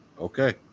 Okay